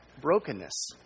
brokenness